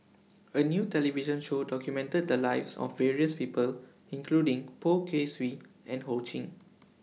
A New television Show documented The Lives of various People including Poh Kay Swee and Ho Ching